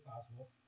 possible